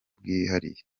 bwihariye